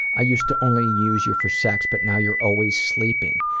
i used to only use you for sex, but now you're always sleeping.